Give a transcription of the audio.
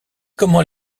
comment